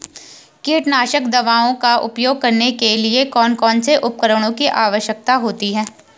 कीटनाशक दवाओं का उपयोग करने के लिए कौन कौन से उपकरणों की आवश्यकता होती है?